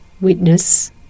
Witness